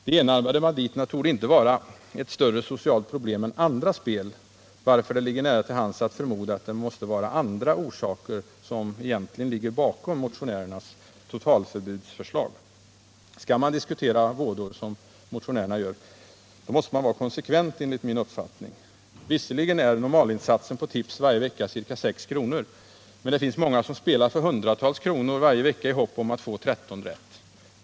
De enarmade banditerna torde inte vara ett större socialt problem än andra spel, varför det ligger nära till hands att förmoda att det måste vara andra orsaker som ligger bakom motionärernas totalförbudsförslag. Skall man, som motionärerna gör, diskutera vådorna måste man enligt min uppfattning vara konsekvent. Visserligen är normalinsatsen på tips varje vecka ca 6 kr., men det finns många som spelar för hundratals kronor varje vecka i hopp om att få tretton rätt.